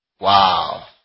Wow